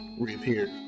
reappeared